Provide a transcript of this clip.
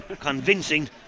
convincing